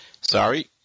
sorry